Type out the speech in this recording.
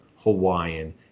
Hawaiian